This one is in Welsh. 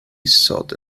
isod